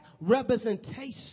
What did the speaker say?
representation